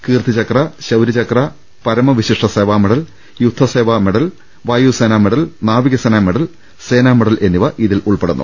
കീർത്തി ചക്ര ശൌര്യചക്ര പരമവിശിഷ്ട സേവാമെഡൽ യുദ്ധ് സേവാമെഡൽ വായു സേനാമെഡൽ നാവികസേനാ മെഡൽ സേനാമെഡൽ എന്നിവ ഇതിൽ ഉൾപ്പെടുന്നു